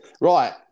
Right